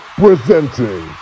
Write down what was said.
presenting